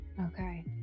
okay